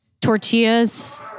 tortillas